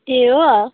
ए हो